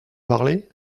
parler